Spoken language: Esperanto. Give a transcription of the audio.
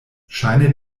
ŝajne